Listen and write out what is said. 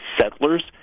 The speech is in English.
settlers